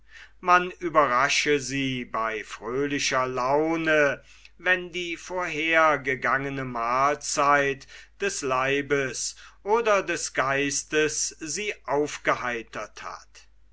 man überrasche sie bei fröhlicher laune wann die vorhergegangene mahlzeit des leibes oder des geistes sie aufgeheitert hat